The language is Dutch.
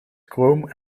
chrome